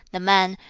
the man,